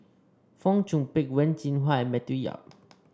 Fong Chong Pik Wen Jinhua and Matthew Yap